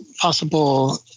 possible